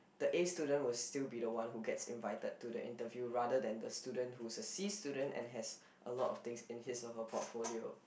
the A student will still be the one who gets invited to the interview rather than the student who's a C student and has a lot of things in his or her portfolio